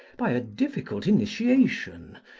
by a difficult initiation,